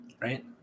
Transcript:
right